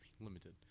limited